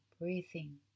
breathing